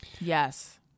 Yes